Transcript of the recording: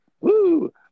Woo